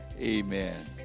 Amen